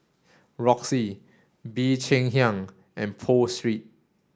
Roxy Bee Cheng Hiang and Pho Street